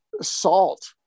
salt